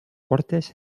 portes